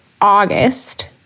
August